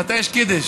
מתי יש קידוש?